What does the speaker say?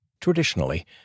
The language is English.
Traditionally